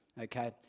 Okay